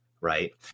right